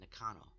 Nakano